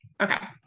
okay